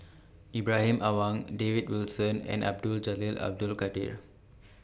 Ibrahim Awang David Wilson and Abdul Jalil Abdul Kadir